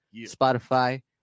spotify